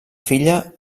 filla